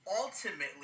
ultimately